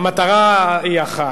המטרה היא אחת.